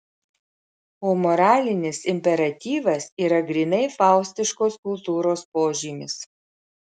o moralinis imperatyvas yra grynai faustiškos kultūros požymis